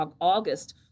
August